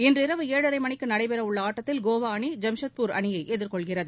இன்றிரவு ஏழரை மணிக்கு நடைபெற உள்ள ஆட்டத்தில் கோவா அணி ஜாம்ஷெட்பூர் அணியை எதிர்கொள்கிறது